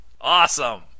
Awesome